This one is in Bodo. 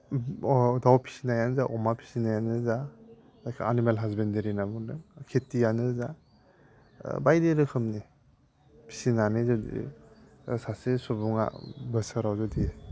दाउ फिसिनायानो जा अमा फिसिनायानो जा जायखौ एनिमेल हासबेण्डारि होनना बुङो खेतियानो जा बायदि रोखोमनि फिसिनानै जुदि सासे सुबुङा बोसोराव जुदि